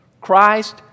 Christ